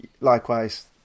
likewise